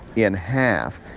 in half.